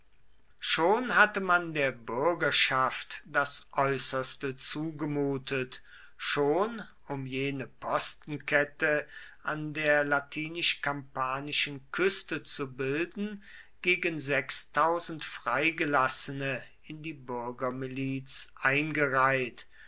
schon hatte man der bürgerschaft das äußerste zugemutet schon um jene postenkette an der latinisch kampanischen küste zu bilden gegen freigelassene in die bürgermiliz eingereiht